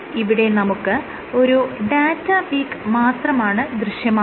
ഇവിടെ നമുക്ക് ഒരു ഡാറ്റ പീക്ക് മാത്രമാണ് ദൃശ്യമാകുന്നത്